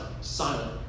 silent